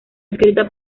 escrita